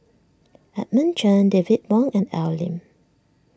Edmund Chen David Wong and Al Lim